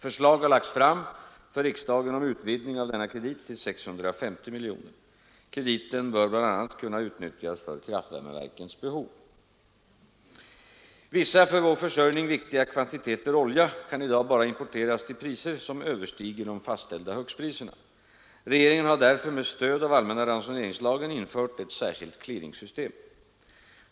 Förslag har lagts fram för riksdagen om utvidgning av denna kredit till 650 miljoner kronor. Krediten bör bl.a. kunna utnyttjas för kraftvärmeverkens behov. Vissa för vår försörjning viktiga kvantiteter olja kan i dag endast importeras till priser som överstiger de fastställda högstpriserna. Regeringen har därför med stöd av allmänna ransoneringslagen infört ett särskilt clearingsystem.